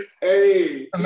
Hey